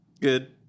Good